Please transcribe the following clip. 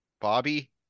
bobby